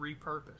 repurposed